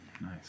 Nice